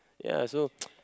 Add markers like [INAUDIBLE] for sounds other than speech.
ya so [NOISE]